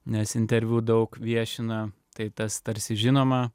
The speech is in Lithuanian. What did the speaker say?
nes interviu daug viešina tai tas tarsi žinoma